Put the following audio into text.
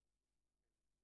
קטן.